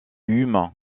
hume